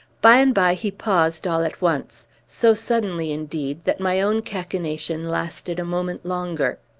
by and by, he paused all at once so suddenly, indeed, that my own cachinnation lasted a moment longer.